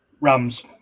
rams